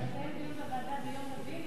אתה תקיים דיון בוועדה ביום רביעי,